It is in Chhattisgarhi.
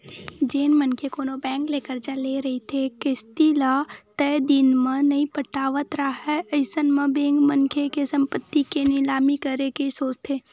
जेन मनखे कोनो बेंक ले करजा ले रहिथे किस्ती ल तय दिन म नइ पटावत राहय अइसन म बेंक मनखे के संपत्ति के निलामी करे के सोचथे